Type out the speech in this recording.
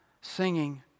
singing